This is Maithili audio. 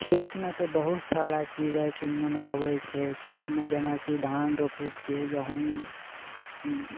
खेतमे तऽ बहुत सारा चीज चिड़ै चुनमुन आबै छै खेतमे जेनाकि धान रोपै छियै गहूॅंम